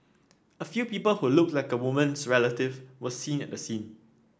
a few people who looked like the woman's relative were seen at the scene